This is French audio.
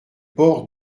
port